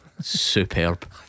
Superb